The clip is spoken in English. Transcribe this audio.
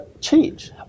change